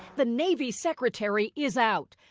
the navy's secretary is out,